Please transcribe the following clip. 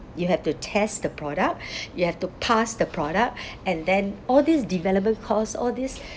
you have to test the product you have to pass the product and then all this development cost all this